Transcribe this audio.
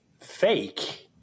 Fake